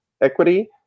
equity